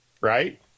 Right